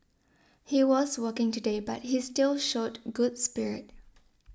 he was working today but he still showed good spirit